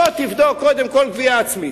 בוא תבדוק קודם כול גבייה עצמית.